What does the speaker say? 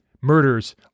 Murders